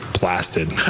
blasted